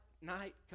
night